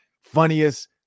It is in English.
funniest